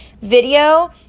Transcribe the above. Video